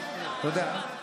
אתה יודע,